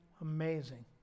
Amazing